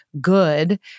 good